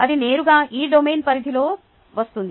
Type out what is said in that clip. అది నేరుగా ఈ డొమైన్ పరిధిలోకి వస్తుంది